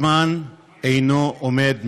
הזמן אינו עומד מלכת.